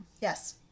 Yes